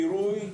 קירוי,